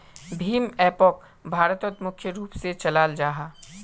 भीम एपोक भारतोत मुख्य रूप से चलाल जाहा